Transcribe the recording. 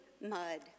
mud